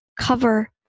cover